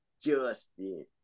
Justin